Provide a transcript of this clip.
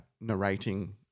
narrating